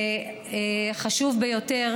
וחשוב ביותר